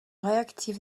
réactif